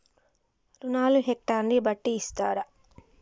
రుణాలు హెక్టర్ ని బట్టి ఇస్తారా?